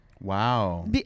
Wow